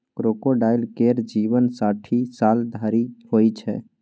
crocodile केर जीबन साठि साल धरि होइ छै